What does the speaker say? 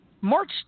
March